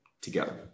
together